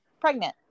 pregnant